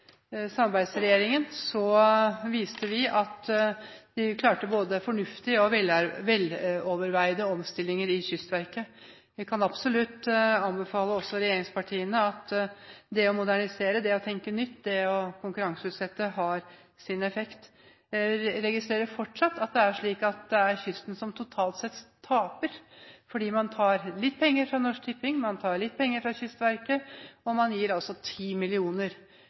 viste vi at vi klarte både fornuftige og veloverveide omstillinger i Kystverket. Jeg kan absolutt anbefale regjeringspartiene at å modernisere, tenke nytt og konkurranseutsette har sin effekt. Jeg registrerer fortsatt at det er slik at det er kysten som totalt sett taper, fordi man tar litt penger fra Norsk Tipping, man tar litt penger fra Kystverket, og man gir